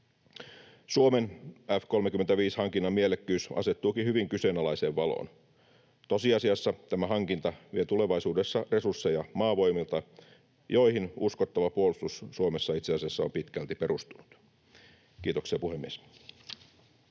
Suomen F-35-hankinnan mielekkyys asettuukin hyvin kyseenalaiseen valoon: tosiasiassa tämä hankinta vie tulevaisuudessa resursseja Maavoimilta, joihin uskottava puolustus Suomessa itse asiassa on pitkälti perustunut. — Kiitoksia, puhemies.